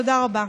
תודה רבה.